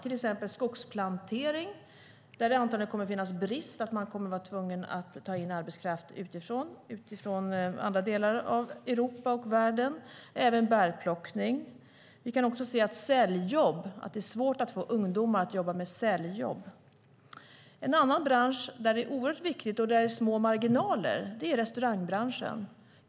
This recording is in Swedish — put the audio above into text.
Det gäller till exempel skogsplantering, där det antagligen kommer att vara brist så att man måste ta in arbetskraft från andra delar av Europa och världen. Det gäller också bärplockning. Det är också svårt att få ungdomar att ta säljjobb. En annan bransch som är oerhört viktig och där det är små marginaler är kafé och restaurangbranschen.